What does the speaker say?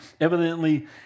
evidently